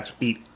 eat